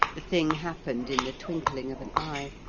the thing happened in the twinkling of an eye,